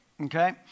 Okay